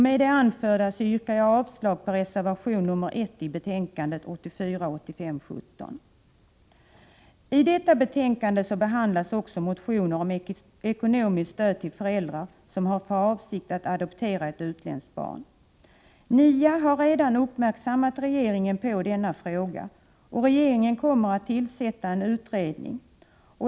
Med det anförda yrkar jag avslag på reservation 1 i socialutskottets betänkande 17. I detta betänkande behandlas även motioner om ekonomiskt stöd till föräldrar, som har för avsikt att adoptera ett utländskt barn. NIA har redan uppmärksammat regeringen på denna fråga, och regeringen kommer att tillsätta en utredning.